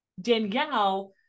Danielle